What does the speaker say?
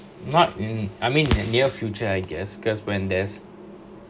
not mm I mean in the near future I guess because when there's